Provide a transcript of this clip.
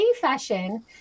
fashion